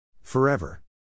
Forever